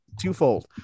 twofold